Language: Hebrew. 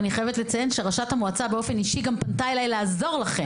אבל אני חייבת לציין שראשת המועצה באופן אישי גם פנתה אליי לעזור לכם.